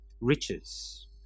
riches